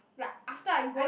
like after I go